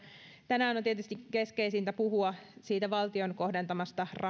tänään on tietysti keskeisintä puhua siitä valtion kohdentamasta